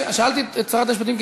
שאלתי את שרת המשפטים,